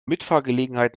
mitfahrgelegenheit